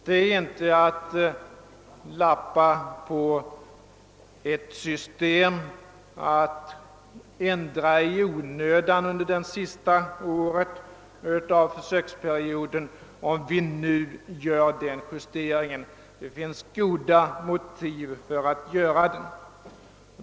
Det är inte att lappa på ctt system eller att ändra i onödan under sista året av försöksperioden, om vi nu gör en sådan justering. Det finns goda motiv för en ändring.